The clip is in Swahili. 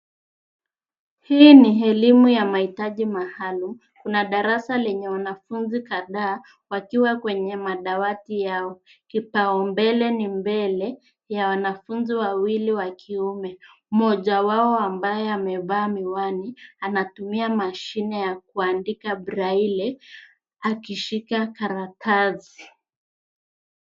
Hii ni elimu ya mahitaji maalumu. Kuna darasa lenye wanafunzi kadha, wakiwa kwenye madawati yao. Kipaumbele ni mbele, ya wanafunzi wawili wa kiume. Mmoja wao ambaye amevaa miwani, anatumia mashine ya kuandika breli, akishika karatasi.